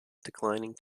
declining